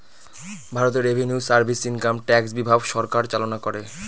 ভারতে revenue service income tax বিভাগ সরকার চালনা করে